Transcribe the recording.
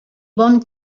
bon